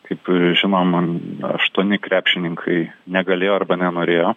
kaip žinom aštuoni krepšininkai negalėjo arba nenorėjo